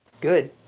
good